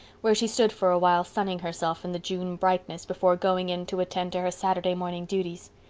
where she stood for awhile sunning herself in the june brightness before going in to attend to her saturday morning duties.